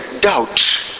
doubt